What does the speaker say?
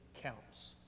counts